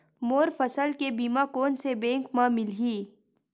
मोर फसल के बीमा कोन से बैंक म मिलही?